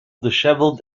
dishevelled